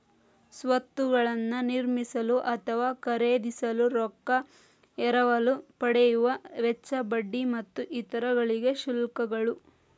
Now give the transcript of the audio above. ಸ್ವತ್ತುಗಳನ್ನ ನಿರ್ಮಿಸಲು ಅಥವಾ ಖರೇದಿಸಲು ರೊಕ್ಕಾ ಎರವಲು ಪಡೆಯುವ ವೆಚ್ಚ, ಬಡ್ಡಿ ಮತ್ತು ಇತರ ಗಳಿಗೆ ಶುಲ್ಕಗಳು